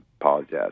apologize